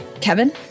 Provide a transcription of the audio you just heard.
Kevin